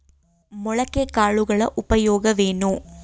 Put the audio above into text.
ಮೊಳಕೆ ಕಾಳುಗಳ ಉಪಯೋಗವೇನು?